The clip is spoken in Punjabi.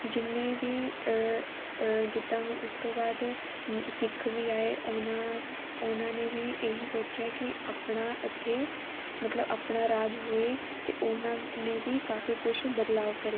ਜਿੰਨੇ ਵੀ ਜਿੱਦਾਂ ਹੁਣ ਉਸ ਤੋਂ ਬਾਅਦ ਸਿੱਖ ਵੀ ਆਏ ਉਹਨਾਂ ਉਹਨਾਂ ਨੇ ਵੀ ਇਹੀ ਸੋਚਿਆ ਕਿ ਆਪਣਾ ਇੱਥੇ ਮਤਲਬ ਆਪਣਾ ਰਾਜ ਹੋਏ ਅਤੇ ਉਹਨਾਂ ਨੇ ਵੀ ਕਾਫੀ ਕੁਛ ਬਦਲਾਵ ਕਰੇ